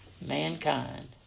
mankind